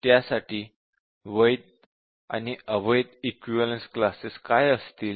त्यासाठी वैध आणि अवैध इक्विवलेन्स क्लासेस काय असतील